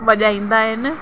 वॼाईंदा आहिनि